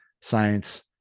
science